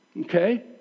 okay